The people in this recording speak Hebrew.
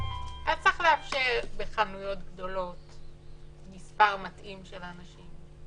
צריך לאפשר מספר מתאים של אנשים,